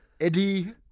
Eddie